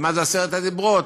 ומה זה עשרת הדיברות,